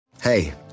Hey